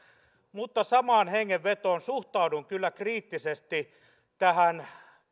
mutta samaan hengenvetoon suhtaudun kyllä kriittisesti tähän